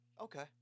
Okay